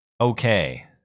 Okay